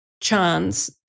chance